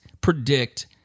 predict